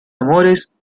amores